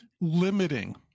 limiting